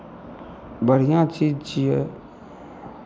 बढ़िआँ चीज छियै